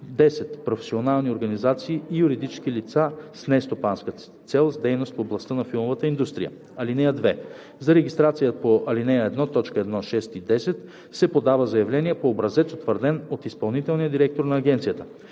10. професионални организации и юридически лица с нестопанска цел с дейност в областта на филмовата индустрия. (2) За регистрация по ал. 1, т. 1 – 6 и 10 се подава заявление по образец, утвърден от изпълнителния директор на агенцията.